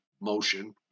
motion